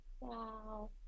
Wow